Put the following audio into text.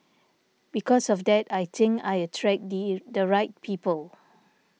because of that I think I attract the the right people